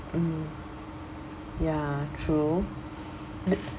mm ya true